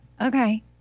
Okay